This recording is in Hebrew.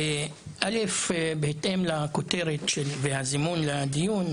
בהתאם לכותרת והזימון לדיון,